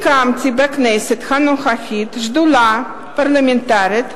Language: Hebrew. הקמתי בכנסת הנוכחית שדולה פרלמנטרית,